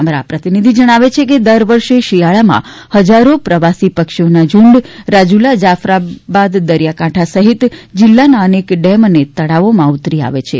અમારા પ્રતિનિધિ જણાવે છે કે દર વર્ષે શિયાલામાં હજારો પ્રવાસી પક્ષીઓના ઝુંડ રાજુલા જાફરાબાદ દરિયાકાંઠા સહિત જિલ્લાના અનેક ડેમ અને તળાવોમાં ઉતરી આવે છે